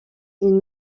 une